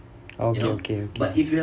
oh okay okay okay